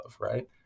right